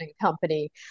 Company